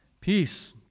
Peace